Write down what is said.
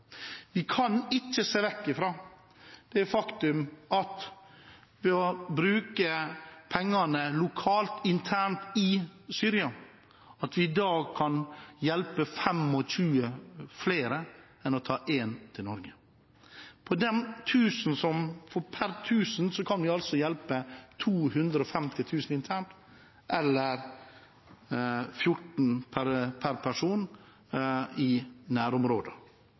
Vi kan ikke se bort fra det faktum at vi ved å bruke pengene lokalt, internt i Syria, kan hjelpe 25 ganger flere enn om vi tar én person til Norge. Per tusen kan vi altså hjelpe 25 000 internt, eller 14 per person i